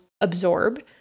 absorb